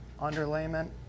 underlayment